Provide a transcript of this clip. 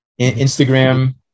instagram